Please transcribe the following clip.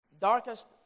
darkest